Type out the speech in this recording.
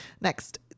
Next